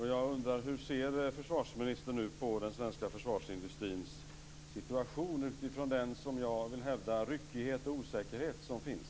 Hur ser försvarsministern på den svenska försvarsindustrins situation utifrån den, som jag vill hävda, ryckighet och osäkerhet som finns?